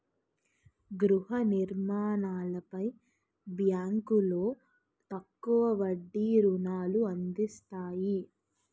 గృహ నిర్మాణాలపై బ్యాంకులో తక్కువ వడ్డీ రుణాలు అందిస్తాయి